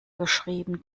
geschrieben